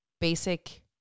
basic